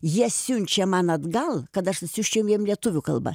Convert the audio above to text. jie siunčia man atgal kad aš nusiųsčiau jiem lietuvių kalbą